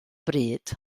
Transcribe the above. bryd